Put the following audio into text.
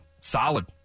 Solid